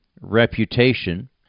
reputation